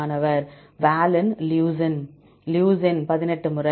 மாணவர் valine leucine leucine 18 முறை